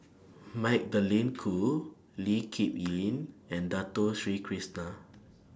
Magdalene Khoo Lee Kip Lin and Dato Sri Krishna